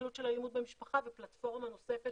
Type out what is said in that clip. הסתכלות של אלימות במשפחה ופלטפורמה נוספת